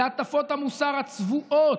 להטפות המוסר הצבועות.